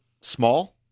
small